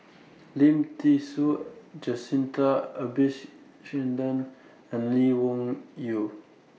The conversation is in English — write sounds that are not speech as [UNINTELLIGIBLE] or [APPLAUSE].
[NOISE] Lim Thean Soo Jacintha [UNINTELLIGIBLE] and Lee Wung Yew